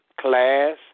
Class